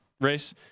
race